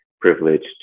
privileged